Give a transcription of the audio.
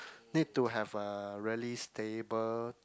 need to have a really stable